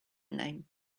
name